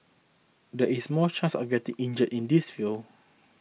there is more chance of getting injured in this field